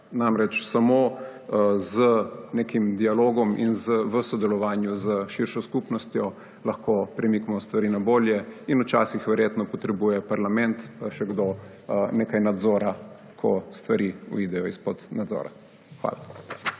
države. Samo z nekim dialogom in v sodelovanju s širšo skupnostjo lahko premikamo stvari na bolje in včasih verjetno potrebuje parlament, pa še kdo, nekaj nadzora, ko stvari uidejo izpod nadzora. Hvala.